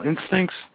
instincts